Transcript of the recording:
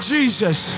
Jesus